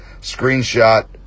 screenshot